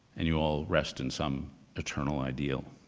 and you all rest in some eternal ideal.